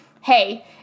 hey